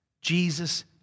Jesus